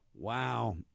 Wow